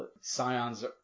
Scions